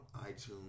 iTunes